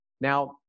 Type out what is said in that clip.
Now